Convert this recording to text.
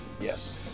yes